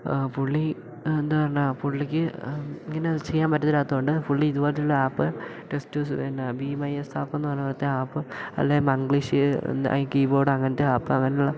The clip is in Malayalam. പുള്ളി എന്താ പറഞ്ഞാൽ പുള്ളിക്ക് ഇങ്ങനെ ചെയ്യാൻ പറ്റത്തില്ലാത്തതുകൊണ്ട് പുള്ളി ഇതുപോലെത്തെയുള്ള ആപ്പ് ടെസ്റ്റ് പിന്നെ ബീ വൈ എസ് ആപ്പ് എന്ന് പറഞ്ഞ പോലെത്തെ ആപ്പ് അല്ലേ മംഗ്ലീഷ് കീബോർഡ് അങ്ങനെത്തെ ആപ്പ് അങ്ങനെയുള്ള